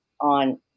on